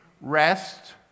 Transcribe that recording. Rest